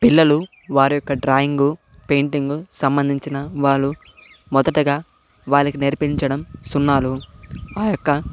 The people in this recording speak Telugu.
పిల్లలు వారి యొక్క డ్రాయింగు పెయింటింగు సంబంధించిన వాలు మొదటగా వాల్లకి నేర్పించడం సున్నాలు ఆ యొక్క